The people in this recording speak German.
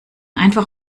einfach